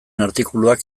artikuluak